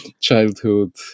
childhood